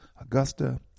Augusta